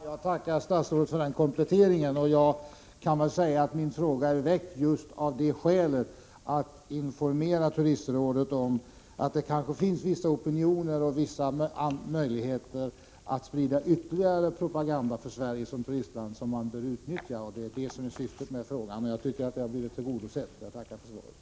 Herr talman! Jag tackar statsrådet för kompletteringen av svaret. Min fråga är väckt av just det skälet att jag ville informera turistrådet om att det kanske finns vissa möjligheter att sprida ytterligare propaganda för Sverige som turistland som rådet bör utnyttja. Det var syftet med frågan, och jag tycker att det har blivit tillgodosett. Jag tackar för svaret.